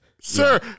sir